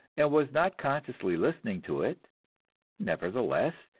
and was not consciously listening to it nevertheless,